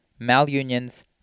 malunions